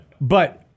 But-